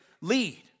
lead